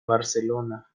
barcelona